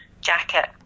jacket